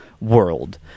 world